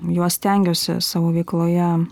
juos stengiuosi savo veikloje